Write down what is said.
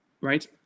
right